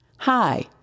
Hi